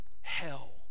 hell